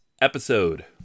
episode